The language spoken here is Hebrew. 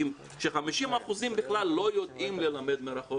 כש-50% בכלל לא יודעים ללמד מרחוק.